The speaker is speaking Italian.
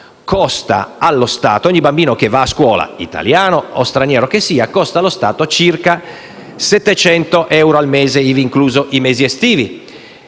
nostre scuole. Ogni bambino che va a scuola, italiano o straniero, costa allo Stato circa 700 euro al mese, ivi inclusi i mesi estivi.